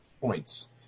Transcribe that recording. points